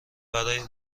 برای